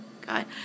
God